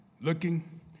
Looking